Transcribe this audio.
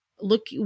look